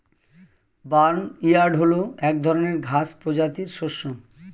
barnyard হল এক ধরনের ঘাস প্রজাতির শস্য